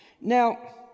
Now